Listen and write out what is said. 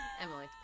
Emily